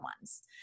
ones